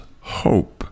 hope